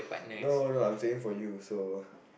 no no no I'm saying for you so